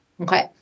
Okay